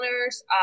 owners